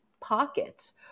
pockets